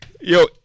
Yo